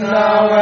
now